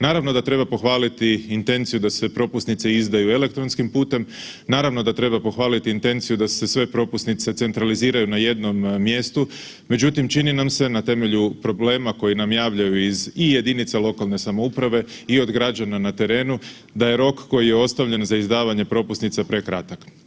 Naravno da treba pohvaliti intenciju da se propusnice izdaju elektronskim putem, naravno da treba pohvaliti intenciju da se sve propusnice centraliziraju na jednom mjestu, međutim čini nam se na temelju problema koje nam javljaju iz i jedinica lokalne samouprave i od građana na terenu da je rok koji je ostavljen za izdavanje propusnica prekratak.